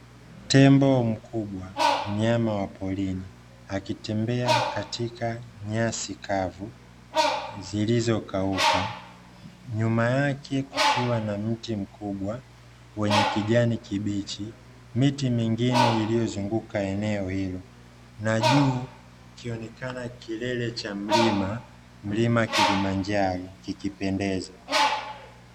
Tembo mkubwa mnyama wa porini akitembea katika nyasi kavu zilizokauka nyuma yake, kukiwa na mti mkubwa wenye kijani kibichi miti mingine iliyozunguka eneo hilo na juu kikionekena kilele cha mlima, mlima kilimanjaro kikipendeza.